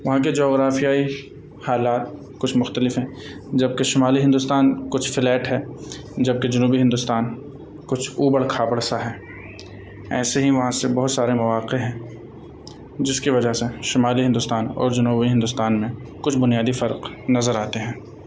وہاں کے جغرافیائی حالات کچھ مختلف ہیں جبکہ شمالی ہندوستان کچھ فلیٹ ہے جبکہ جنوبی ہندوستان کچھ اوبڑ کھاپڑ سا ہے ایسے ہی وہاں سے بہت سارے مواقع ہیں جس کی وجہ سے شمالی ہندوستان اور جنوبی ہندوستان میں کچھ بنیادی فرق نظر آتے ہیں